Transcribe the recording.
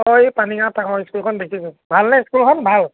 অঁ এই পানী গাঁৱত ডাঙৰ ইস্কুলখন দেখিছোঁ ভাল নে স্কুলখন ভাল